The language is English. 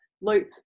loop